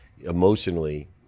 emotionally